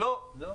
לא.